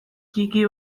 ttiki